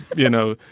you know,